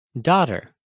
Daughter